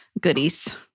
goodies